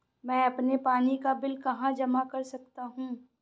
मैं अपने पानी का बिल कहाँ जमा कर सकता हूँ?